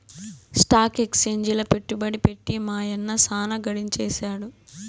stock ఎక్సేంజిల పెట్టుబడి పెట్టి మా యన్న సాన గడించేసాడు